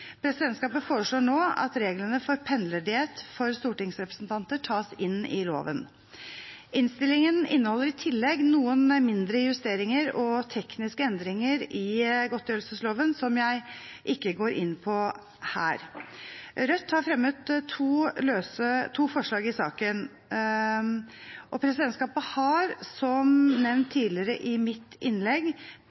Presidentskapet foreslår nå at reglene for pendlerdiett for stortingsrepresentanter tas inn i loven. Innstillingen inneholder i tillegg noen mindre justeringer og tekniske endringer i godtgjørelsesloven som jeg ikke går inn på her. Rødt har fremmet to forslag i saken, og presidentskapet har som nevnt tidligere i mitt innlegg